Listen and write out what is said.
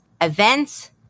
events